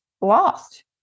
lost